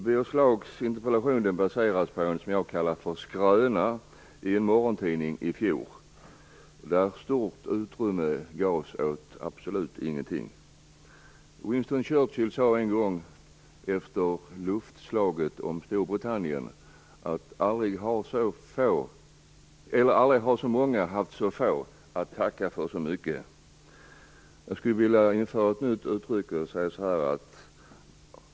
Birger Schlaugs interpellation baseras på en - som jag kallar - skröna i en morgontidning i fjol. Där gavs stort utrymme åt absolut ingenting. Winston Churchill sade en gång, efter luftslaget om Storbritannien, att aldrig har så många haft så få att tacka för så mycket. Jag skulle vilja införa ett nytt uttryck.